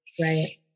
Right